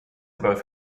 both